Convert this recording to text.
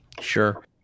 Sure